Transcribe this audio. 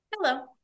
Hello